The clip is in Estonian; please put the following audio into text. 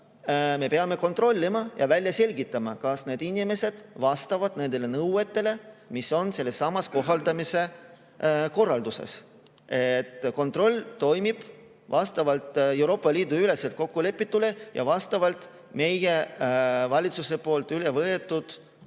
me peame kontrollima ja välja selgitama, kas need inimesed vastavad nendele nõuetele, mis on sellessamas kohaldamise korralduses. Kontroll toimib vastavalt Euroopa Liidu üleselt kokkulepitule ja vastavalt kohaldamisnõuetele,